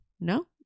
no